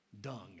Dung